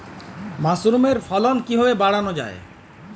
মাসরুমের ফলন কিভাবে বাড়ানো যায়?